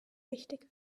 wichtig